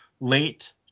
late